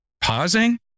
pausing